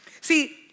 See